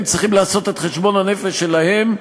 הם צריכים לעשות את חשבון הנפש שלהם.